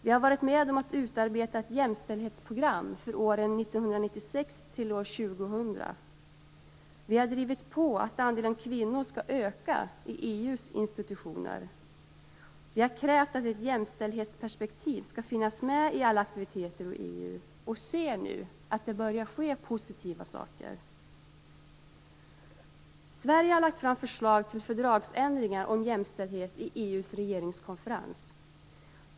Vi har varit med om att utarbeta ett jämställdhetsprogram för åren 1996-2000. Vi har drivit på för att andelen kvinnor skall öka i EU:s institutioner. Vi har krävt att ett jämställdhetsperspektiv skall finnas med i alla aktiviteter i EU och ser nu att det börjar ske positiva saker. Sverige har lagt fram förslag till fördragsändringar om jämställdhet i EU:s regeringskonferens.